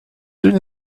soon